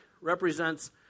represents